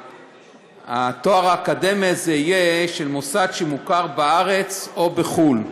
ושהתואר האקדמי הזה יהיה של מוסד מוכר בארץ או בחו"ל.